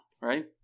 right